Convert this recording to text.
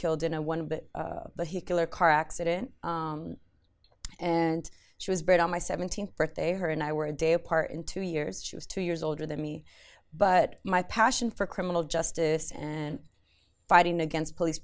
killed in a one but he killer car accident and she was buried on my seventeenth birthday her and i were a day apart in two years she was two years older than me but my passion for criminal justice and fighting against police